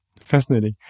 Fascinating